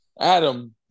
Adam